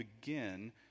begin